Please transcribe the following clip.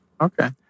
Okay